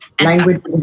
Language